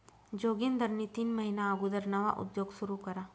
जोगिंदरनी तीन महिना अगुदर नवा उद्योग सुरू करा